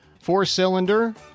Four-cylinder